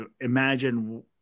imagine